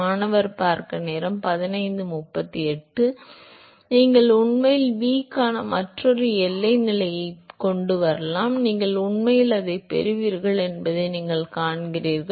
மாணவர் நீங்கள் உண்மையில் v க்கான மற்றொரு எல்லை நிலையை கொண்டு வரலாம் நீங்கள் உண்மையில் அதைப் பெறுவீர்கள் என்பதை நீங்கள் காண்கிறீர்கள்